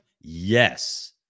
Yes